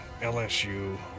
LSU